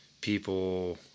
people